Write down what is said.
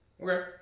Okay